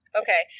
okay